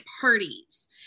parties